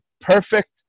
perfect